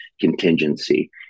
contingency